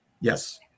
Yes